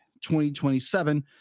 2027